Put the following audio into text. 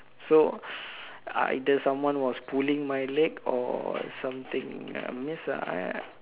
so either someone was pulling my leg or something I miss ah